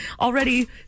already